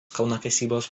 kalnakasybos